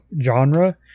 genre